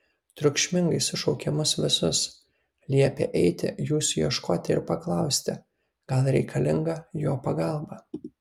triukšmingai sušaukė mus visus liepė eiti jūsų ieškoti ir paklausti gal reikalinga jo pagalba